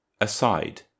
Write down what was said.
Aside